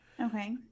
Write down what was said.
Okay